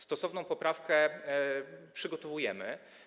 Stosowną poprawkę przygotowujemy.